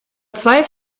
zwei